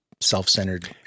self-centered